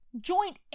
joint